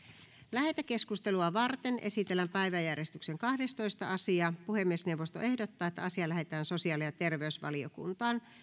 lähetekeskustelua varten esitellään päiväjärjestyksen kahdestoista asia puhemiesneuvosto ehdottaa että asia lähetetään sosiaali ja terveysvaliokuntaan